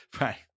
Right